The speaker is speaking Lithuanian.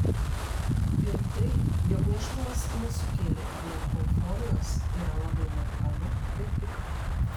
ir tai jog nėštumas nesukėlė vien euforijos yra labai natūralu ir tikra